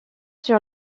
sur